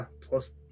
Plus